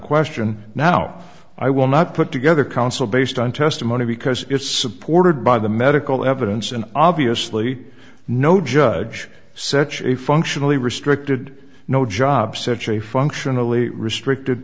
question now i will not put together counsel based on testimony because it's supported by the medical evidence and obviously no judge such a functionally restricted no job such a functionally restricted